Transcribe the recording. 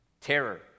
Terror